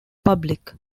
public